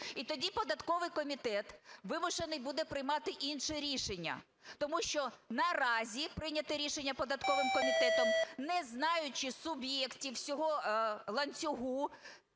І тоді податковий комітет вимушений буде приймати інше рішення. Тому що наразі прийняте рішення податковим комітетом, не знаючи суб'єктів усього ланцюга,